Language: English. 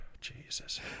Jesus